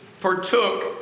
partook